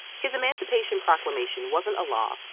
his emancipation proclamation wasn't a law,